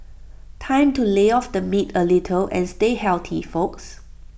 time to lay off the meat A little and stay healthy folks